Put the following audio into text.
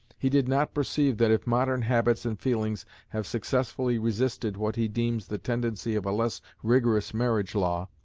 he did not perceive that if modern habits and feelings have successfully resisted what he deems the tendency of a less rigorous marriage law,